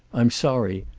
i'm sorry.